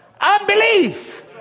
Unbelief